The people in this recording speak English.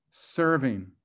serving